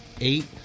eight